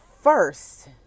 first